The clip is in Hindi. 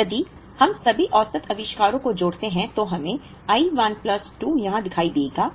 इसलिए यदि हम सभी औसत आविष्कारों को जोड़ते हैं तो हमें I 1 प्लस 2 यहां दिखाई देगा